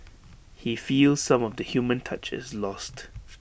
he feels some of the human touch is lost